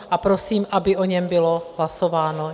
A prosím, aby o něm bylo hlasováno.